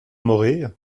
morée